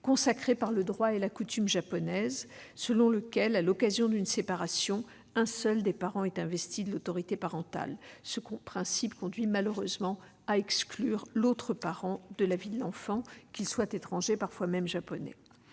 consacré par le droit et la coutume japonais, selon lequel, lors d'une séparation, un seul des parents est investi de l'autorité parentale. Ce principe conduit malheureusement à exclure l'autre parent de la vie de l'enfant, qu'il soit étranger ou japonais.